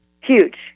Huge